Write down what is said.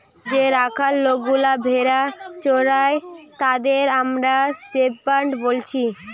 যে রাখাল লোকগুলা ভেড়া চোরাই তাদের আমরা শেপার্ড বলছি